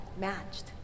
matched